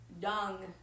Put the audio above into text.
dung